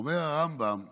אומר הרמב"ם שבוודאי,